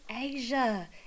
asia